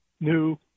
new